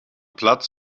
platz